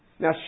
Now